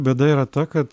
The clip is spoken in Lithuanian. bėda yra ta kad